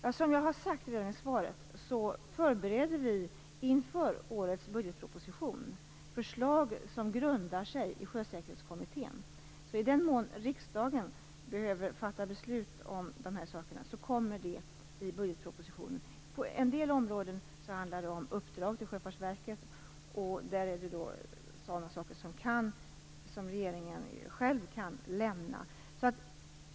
Som jag sade redan i svaret förbereder vi inför årets budgetproposition förslag som grundar sig i Sjösäkerhetskommittén. I den mån riksdagen behöver fatta beslut om dessa saker kommer det i budgetpropositionen. På en del områden handlar det om uppdrag till Sjöfartsverket. Det är då sådana som regeringen själv kan lämna.